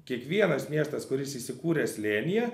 kiekvienas miestas kuris įsikūręs slėnyje